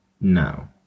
No